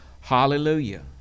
Hallelujah